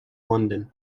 london